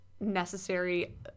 necessary